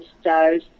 stars